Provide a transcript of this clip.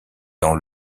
dans